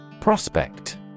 Prospect